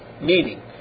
meaning